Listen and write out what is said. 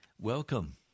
Welcome